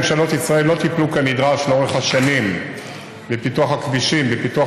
ממשלות ישראל לא טיפלו כנדרש לאורך השנים בפיתוח הכבישים ובפיתוח